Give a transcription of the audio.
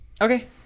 Okay